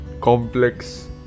complex